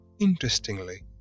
Interestingly